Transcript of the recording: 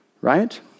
Right